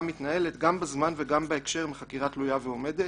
מתנהלת גם בזמן וגם בהקשר מחקירה תלויה ועומדת,